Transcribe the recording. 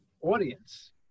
audience